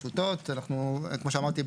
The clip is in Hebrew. אבל אמרתי,